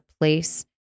place